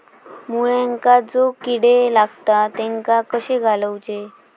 मुळ्यांका जो किडे लागतात तेनका कशे घालवचे?